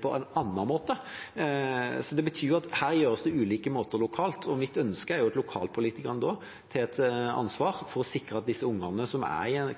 på en annen måte. Det betyr at det gjøres på ulike måter lokalt. Mitt ønske er at lokalpolitikerne da tar et ansvar for å sikre at disse ungene, som